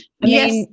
yes